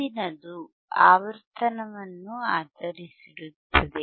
ಮುಂದಿನದು ಆವರ್ತನವನ್ನು ಆಧರಿಸಿರುತ್ತದೆ